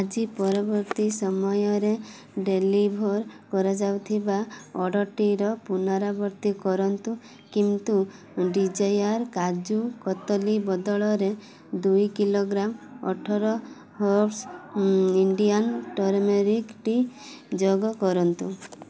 ଆଜି ପରବର୍ତ୍ତୀ ସମୟରେ ଡେଲିଭର୍ କରାଯାଉଥିବା ଅର୍ଡ଼ର୍ଟିର ପୁନରାବୃତ୍ତି କରନ୍ତୁ କିନ୍ତୁ ଡିଜାୟାର୍ କାଜୁ କତଲି ବଦଳରେ ଦୁଇ କିଲୋଗ୍ରାମ୍ ଅଠର ହର୍ବ୍ସ୍ ଇଣ୍ଡିଆନ୍ ଟର୍ମେରିକ୍ ଟି ଯୋଗକରନ୍ତୁ